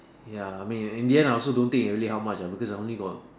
ya I mean in the end I also don't think it really help much uh because I only got